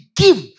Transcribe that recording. give